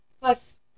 Plus